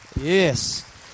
Yes